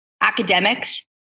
academics